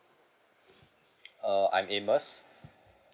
uh I'm amos